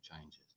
changes